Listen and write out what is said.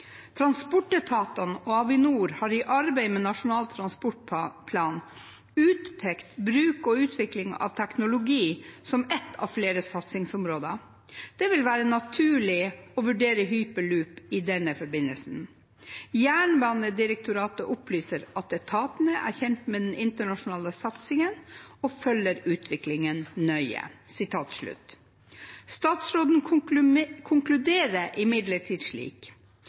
Transportetatene og Avinor har i arbeidet med neste Nasjonal transportplan utpekt bruk og utvikling av teknologi som ett av flere satsingsområder. Det vil være naturlig å vurdere hyperloop i denne forbindelsen. Jernbanedirektoratet opplyser at etatene er kjent med den internasjonale satsingen og følger utviklingen nøye.» Statsråden konkluderer imidlertid slik: